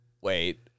Wait